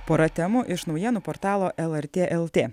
pora temų iš naujienų portalo lrt lt